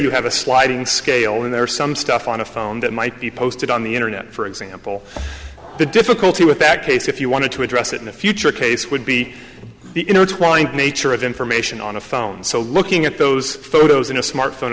you have a sliding scale and there are some stuff on a phone that might be posted on the internet for example the difficulty with that case if you want to address it in the future case would be the twine nature of information on a phone so looking at those photos in a smart phone